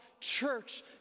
church